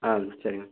ஆ சரி மேம்